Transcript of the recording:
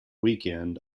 weekend